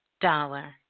dollar